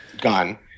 gone